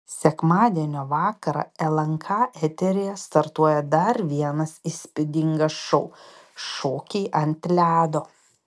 sekmadienio vakarą lnk eteryje startuoja dar vienas įspūdingas šou šokiai ant ledo